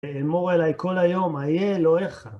ואמור אליי כל היום, איה אלוהיך.